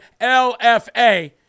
LFA